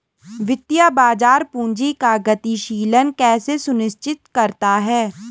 वित्तीय बाजार पूंजी का गतिशीलन कैसे सुनिश्चित करता है?